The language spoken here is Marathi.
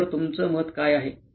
यावर तुमचं मत काय आहे